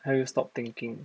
help you stop thinking